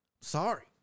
Sorry